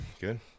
Good